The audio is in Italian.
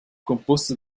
composto